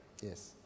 Yes